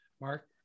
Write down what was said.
Mark